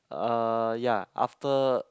uh ya after